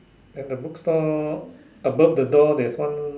then the books store above the door there is one